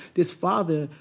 this father,